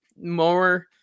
more